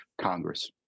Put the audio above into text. Congress